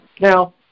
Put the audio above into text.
Now